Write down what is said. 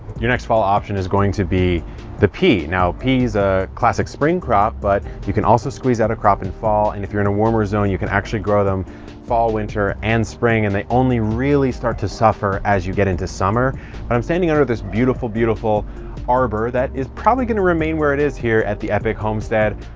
your next fall option is going to be the pea. now pea is a classic spring crop, but you can also squeeze out a crop in fall. and if you're in a warmer zone, you can actually grow them fall, winter and spring. and they only really start to suffer as you get into summer. but i'm standing under this beautiful, beautiful arbor that is probably going to remain where it is here at the epic homestead.